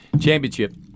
championship